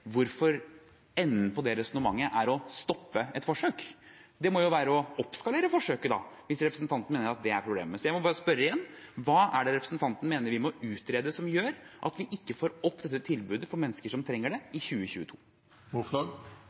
hvorfor enden på det resonnementet er å stoppe et forsøk – den må jo da være å oppskalere det forsøket, hvis representanten mener at det er problemet. Så jeg må bare spørre igjen: Hva er det representanten mener vi må utrede, som gjør at vi ikke får opp dette tilbudet for mennesker som trenger det, i 2022?